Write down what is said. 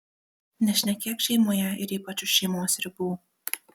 nešnekėk šeimoje ir ypač už šeimos ribų